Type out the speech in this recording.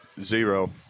zero